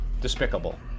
despicable